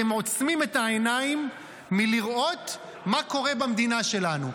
אתם עוצמים את העיניים מלראות מה קורה במדינה שלנו,